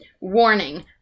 Warning